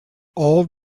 old